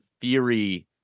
theory